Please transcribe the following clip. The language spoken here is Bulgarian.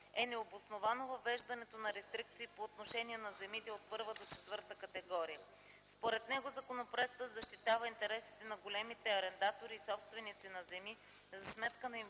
е необосновано въвеждането на рестрикциите по отношение на земите от първа до четвърта категория. Според него законопроектът защитава интересите на големите арендатори и собственици на земи за сметка на инвеститорите